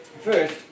First